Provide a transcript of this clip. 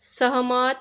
सहमत